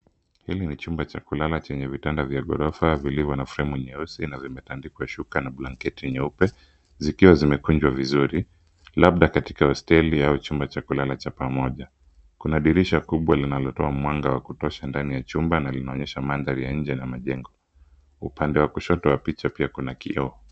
Hili ni chumba cha kulala chenye vitanda vya ghorofa vilivyo na fremu nyeusi na vimetandikwa shuka na blanketi nyeupe zikiwa zimekunjwa vizuri, labda katika hosteli au chumba cha kulala cha pamoja. Kuna dirisha kubwa linalotoa mwanga wa kutosha ndani ya chumba na linaonyesha mandhari ya nje na majengo. Upande wa kushoto wa picha pia kuna kioo.